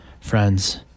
friends